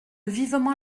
vivement